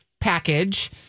package